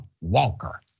Walker